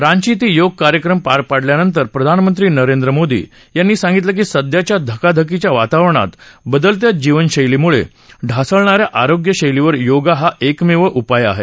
रांची इथं योग कार्यक्रम पार पडल्यानंतर प्रधानमंत्री नरेंद्र मोदी यांनी सांगितलं की सध्याच्या धकाधकीच्या वातावरणात बदलत्या जीवनशैलीमुळे ढासळणा या आरोग्य शैलीवर योगा हा एकमेव उपाय आहे